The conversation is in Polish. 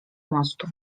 mostu